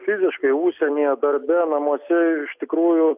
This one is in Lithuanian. fiziškai užsienyje darbe namuose iš tikrųjų